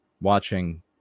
watching